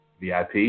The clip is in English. VIP